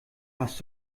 hast